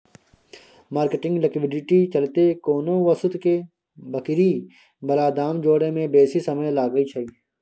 marketing liquidity चलते कोनो वस्तु के बिक्री बला दाम जोड़य में बेशी समय लागइ छइ